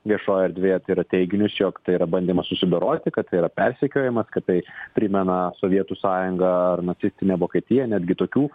viešojoje erdvėje tai yra teiginius jog tai yra bandymas susidoroti kad yra persekiojamas kad tai primena sovietų sąjungą ar nacistinę vokietiją netgi tokių